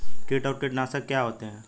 कीट और कीटनाशक क्या होते हैं?